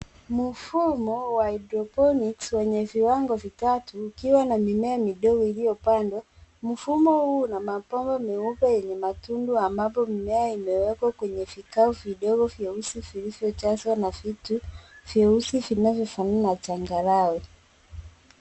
Mfumo wa hydroponics wanye viwango vitatu ukiwa na mimea midogo ilio pandwa, mfumo huu na mapambo meupe yenye matundu ambapo mimea imewekwa kwenye vikao vidogo vyeusi vilivyo jazwa na vitu vyeusi vinavyofanana changarawe.